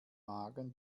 magen